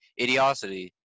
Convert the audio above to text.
idiosity